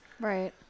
Right